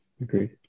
Agreed